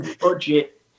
budget